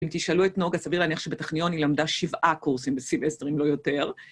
אם תשאלו את נגה, סביר להניח שבטכניון היא למדה שבעה קורסים בסימסטר אם לא יותר.